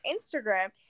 Instagram